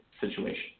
situation